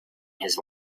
his